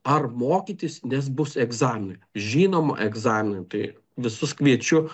ar mokytis nes bus egzaminai žinoma egzaminai tai visus kviečiu